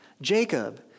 Jacob